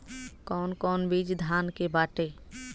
कौन कौन बिज धान के बाटे?